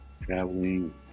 traveling